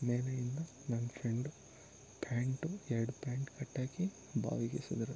ಮೇಲೆಯಿಂದ ನನ್ನ friend pant ಎರಡು pant ಕಟ್ಟಾಕಿ ಬಾವಿಗೆಸೆದ್ರು